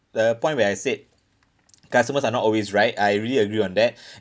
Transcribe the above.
the point where I said customers are not always right I really agree on that